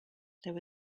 there